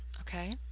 okay?